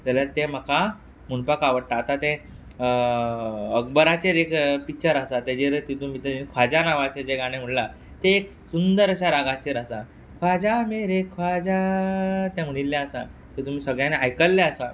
जाल्यार तें म्हाका म्हणपाक आवडटा आतां तें अकबराचेर एक पिक्चर आसा तेजेर तितू भितर ख्वाजा नांवाचें जें गाणें म्हणलां तें एक सुंदर अशें रागाचेर आसा ख्वाजा मेरे ख्वाजा तें म्हणिल्लें आसा तें तुमी सगळ्यांनी आयकल्लें आसा